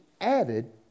added